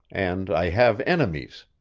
and i have enemies.